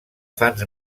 fans